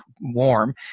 warm